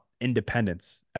independence